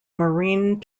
marine